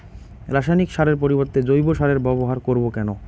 রাসায়নিক সারের পরিবর্তে জৈব সারের ব্যবহার করব কেন?